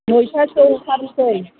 नयथासोआव ओंखारनिसै